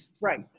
Right